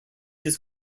his